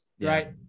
right